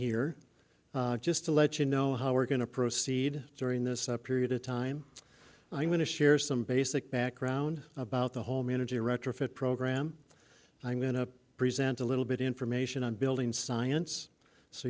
here just to let you know how we're going to proceed during this period of time i'm going to share some basic background about the whole manager retrofit program i'm going to present a little bit information on building science so